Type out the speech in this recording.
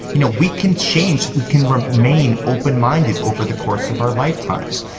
you know we can change, we can remain open minded over the course of our lifetimes.